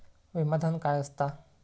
विमा धन काय असता?